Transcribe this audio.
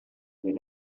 les